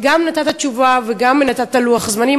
גם נתת תשובה, וגם נתת לוח זמנים.